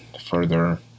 further